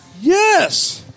Yes